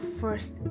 first